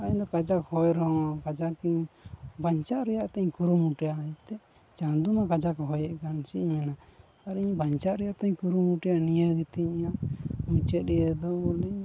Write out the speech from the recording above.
ᱟᱨ ᱤᱧᱫᱚ ᱠᱟᱡᱟᱠ ᱦᱚᱭ ᱨᱮᱦᱚᱸ ᱠᱟᱡᱟᱠ ᱤᱧ ᱵᱟᱧᱪᱟᱜ ᱨᱮᱭᱟᱜ ᱤᱧ ᱠᱩᱨᱩᱢᱩᱴᱩᱭᱟ ᱮᱱᱛᱮᱜ ᱪᱟᱸᱫᱳ ᱢᱟ ᱠᱟᱡᱟᱠ ᱮ ᱦᱚᱭᱮᱜ ᱠᱟᱱ ᱪᱮᱫ ᱤᱧ ᱢᱮᱱᱟ ᱟᱨᱤᱧ ᱵᱟᱧᱪᱟᱜ ᱨᱮᱭᱟᱜ ᱛᱚᱧ ᱠᱩᱨᱩᱢᱩᱴᱩᱭᱟ ᱱᱤᱭᱟᱹ ᱜᱮᱛᱤᱧ ᱤᱧᱟᱹᱜ ᱢᱩᱪᱟᱹᱫ ᱤᱭᱟ ᱫᱚ ᱵᱚᱞᱮᱧ